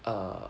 err